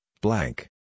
blank